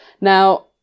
Now